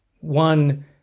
one